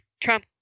Trump